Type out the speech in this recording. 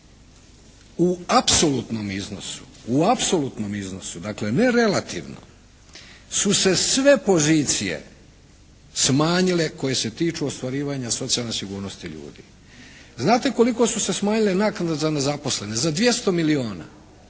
U apsolutnom iznosu, dakle ne relativno su se sve pozicije smanjile koje se tiču ostvarivanja socijalne sigurnosti ljudi. Znate koliko su se smanjile naknade za nezaposlene? Za 200 milijona